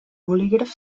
bolígraf